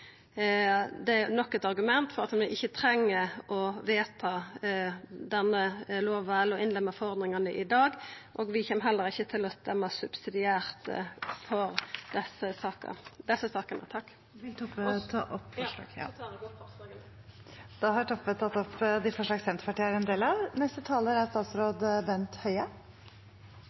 Det er nok eit argument for at vi ikkje treng å vedta denne lova eller innlema forordningane i dag. Vi kjem heller ikkje til å stemma subsidiært for desse sakene. Eg tek opp forslaget Senterpartiet har saman med Sosialistisk Venstreparti i sak nr. 2. Da har representanten Kjersti Toppe tatt opp det forslaget hun selv refererte til. Det er